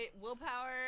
Willpower